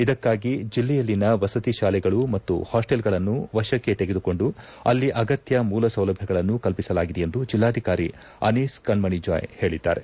ಇದಕ್ಷಾಗಿ ಜಿಲ್ಲೆಯಲ್ಲಿನ ವಸತಿ ಶಾಲೆಗಳು ಮತ್ತು ಹಾಸ್ಟೆಲ್ಗಳನ್ನು ವಶಕ್ಕೆ ತೆಗೆದುಕೊಂಡು ಅಲ್ಲಿ ಅಗತ್ಯ ಮೂಲ ಸೌಲಭ್ಯಗಳನ್ನು ಕಲ್ಪಿಸಲಾಗಿದೆ ಎಂದು ಜಿಲ್ಲಾಧಿಕಾರಿ ಅನೀಸ್ ಕಣ್ಣಣಿ ಜಾಯ್ ಹೇಳಿದ್ದಾರೆ